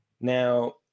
Now